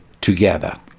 together